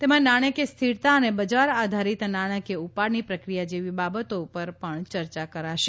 તેમાં નાણાકીય સ્થિરતા અને બજાર આધારીત નાણાકીય ઉપાડની પ્રક્રિયા જેવી બાબતો પણ ચર્ચાશે